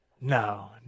No